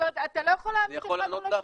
אתה לא יכול להעמיד אחד מול השני.